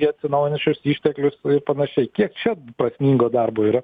į atsinaujinančius išteklius ir panašiai kiek čia prasmingo darbo yra